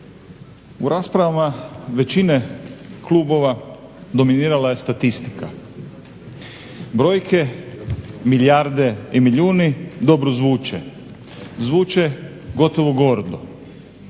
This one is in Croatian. U raspravama većine klubova dominirala je statistika. Brojke, milijardi i milijuni dobro zvuče, zvuče gotovo gordo,